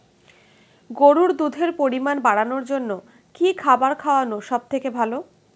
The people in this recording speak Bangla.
গরুর দুধের পরিমাণ বাড়ানোর জন্য কি খাবার খাওয়ানো সবথেকে ভালো?